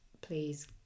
please